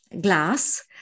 glass